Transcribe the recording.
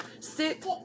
Sit